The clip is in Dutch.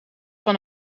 van